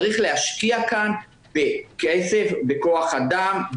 צריך להשקיע כאן כסף בכח אדם,